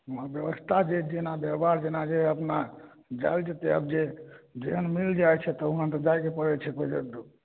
उहाँ व्यवस्था जे जेना व्यवहार जेना जे अपना जायल जेतै आब जे जेहन मिल जाइ छै तऽ उहाँ तऽ जायके पड़ै छै पहिले